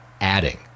adding